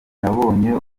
nabonye